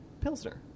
Pilsner